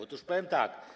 Otóż powiem tak.